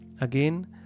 Again